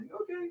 okay